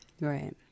right